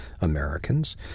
Americans